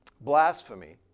Blasphemy